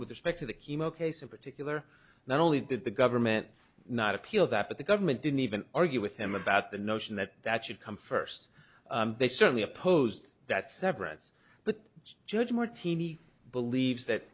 with respect to the chemo case in particular not only did the government not appeal that but the government didn't even argue with him about the notion that that should come first they certainly opposed that severance but judge martini believes that